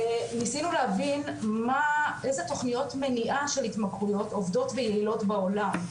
ניסנו להבין איזה תוכניות מניעה של התמכרויות עובדות ויעילות בעולם,